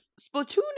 Splatoon